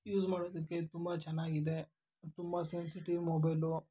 use ಮಾಡೋದಕ್ಕೆ ತುಂಬ ಚೆನ್ನಾಗಿದೆ ತುಂಬ ಸೆನ್ಸಿಟಿವ್ ಮೊಬೈಲು